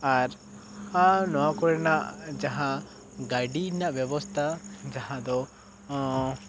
ᱟᱨ ᱟᱨ ᱱᱚᱣᱟ ᱠᱚᱨᱮᱱᱟᱜ ᱡᱟᱦᱟᱸ ᱜᱟᱹᱰᱤ ᱨᱮᱱᱟᱜ ᱵᱮᱵᱚᱥᱛᱟ ᱡᱟᱦᱟᱸ ᱫᱚ